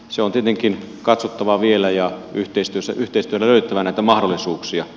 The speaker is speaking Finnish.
se on tietenkin katsottava vielä ja yhteistyössä löydettävä näitä mahdollisuuksia